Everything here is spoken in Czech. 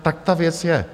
Tak ta věc je.